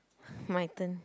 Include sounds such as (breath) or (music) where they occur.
(breath) my turn